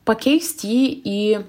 pakeist jį į